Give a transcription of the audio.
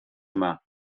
yma